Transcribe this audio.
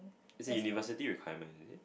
it's a university requirement